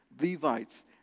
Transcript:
Levites